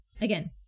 Again